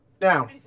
Now